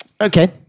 Okay